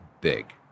big